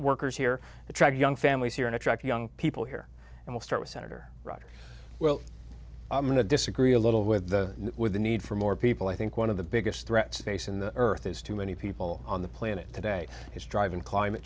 workers here attract young families here and attract young people here and we'll start with senator roger well i'm going to disagree a little with the with the need for more people i think one of the biggest threats case in the earth is too many people on the planet today is driving climate